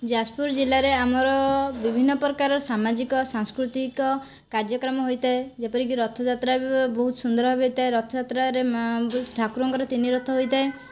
ଯାଜପୁର ଜିଲ୍ଲାରେ ଆମର ବିଭିନ୍ନ ପ୍ରକାର ସାମାଜିକ ସାଂସ୍କୃତିକ କାର୍ଯ୍ୟକ୍ରମ ହୋଇଥାଏ ଯେପରିକି ରଥଯାତ୍ରା ବି ବହୁତ ସୁନ୍ଦର ଭାବେ ହୋଇଥାଏ ରଥଯାତ୍ରାରେ ଠାକୁରଙ୍କର ତିନି ରଥ ହୋଇଥାଏ